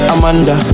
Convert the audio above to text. Amanda